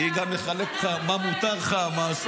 היא גם מחלקת לך מה מותר לך, מה אסור לך.